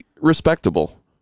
respectable